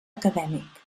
acadèmic